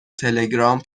تلگرام